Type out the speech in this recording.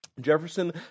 Jefferson